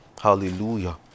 hallelujah